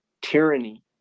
tyranny